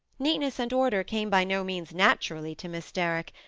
neatness and order came by no means naturally to miss derrick,